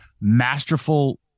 masterful